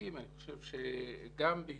חבר הכנסת אלחרומי.